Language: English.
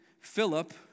Philip